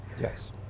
Yes